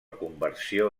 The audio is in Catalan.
conversió